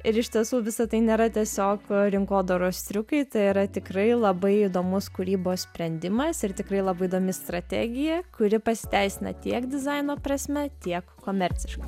ir iš tiesų visa tai nėra tiesiog rinkodaros triukai tai yra tikrai labai įdomus kūrybos sprendimas ir tikrai labai įdomi strategija kuri pasiteisina tiek dizaino prasme tiek komerciškai